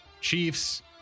Chiefs